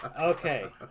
Okay